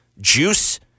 juice